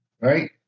right